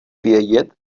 vědět